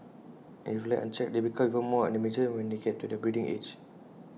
and if left unchecked they become even more unmanageable when they get to their breeding age